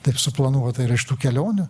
taip suplanuota yra iš tų kelionių